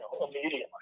immediately